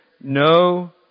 no